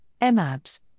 MABs